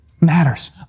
matters